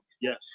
Yes